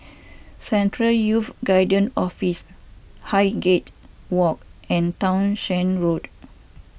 Central Youth Guidance Office Highgate Walk and Townshend Road